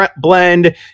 blend